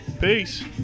Peace